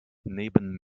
neben